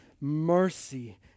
mercy